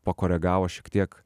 pakoregavo šiek tiek